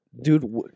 dude